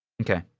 Okay